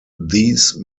these